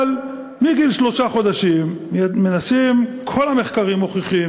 אבל מגיל שלושה חודשים כל המחקרים מוכיחים